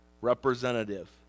representative